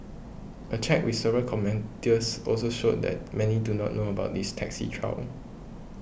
a check with several also showed that many do not know about this taxi trial